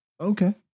Okay